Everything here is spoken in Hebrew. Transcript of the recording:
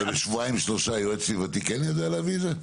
ובשבועיים שלושה יועץ סביבתי כן יודע להביא את זה?